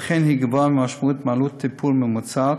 ולכן העלות גבוהה משמעותית מעלות טיפול ממוצעת,